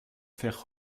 faire